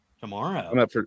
Tomorrow